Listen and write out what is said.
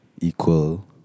Equal